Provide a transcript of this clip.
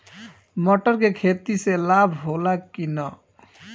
मटर के खेती से लाभ होला कि न?